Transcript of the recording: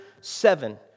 seven